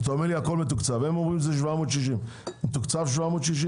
אתה אומר שהכול מתוקצב; הם אומרים שזה 760. מתוקצב 760